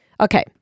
Okay